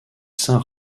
saint